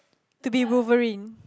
to be wolverine